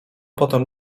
potem